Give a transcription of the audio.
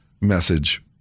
message